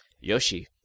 Yoshi